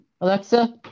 Alexa